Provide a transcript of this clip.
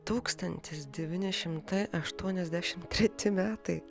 tūkstantis devyni šimtai aštuoniasdešim treti metai